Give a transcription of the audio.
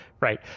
Right